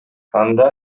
анда